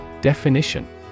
Definition